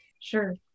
Sure